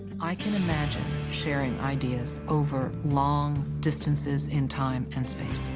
i can imagine sharing ideas over long distances in time and space.